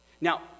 Now